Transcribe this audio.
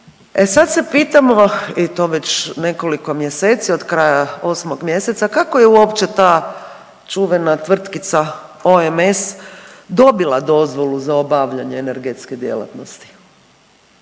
E sad se pitamo i to već nekoliko mjeseci, od kraja osmog mjeseca, kako je uopće ta čuvena tvrtkica OMS dobila dozvolu za obavljanje energetske djelatnosti?